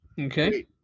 Okay